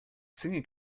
singing